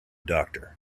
doctor